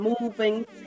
moving